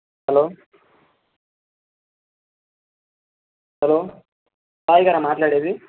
hello hello Sai గారా మాట్లాడేది